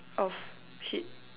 of sheet